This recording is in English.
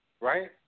Right